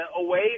away